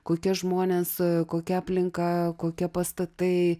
kokie žmonės kokia aplinka kokie pastatai